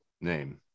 name